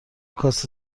کاسه